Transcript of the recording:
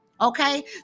Okay